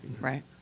Right